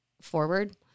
forward